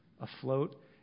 afloat